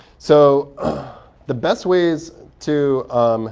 so the best ways to